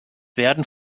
werden